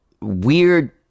weird